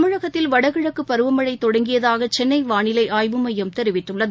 தமிழகத்தில் வடகிழக்கு பருவமழை தொடங்கியதாக சென்னை வாளிலை ஆய்வு மையம் தெரிவித்துள்ளது